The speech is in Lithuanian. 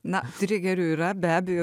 na trigerių yra be abejo